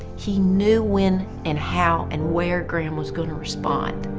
he knew when, and how, and where graham was going to respond.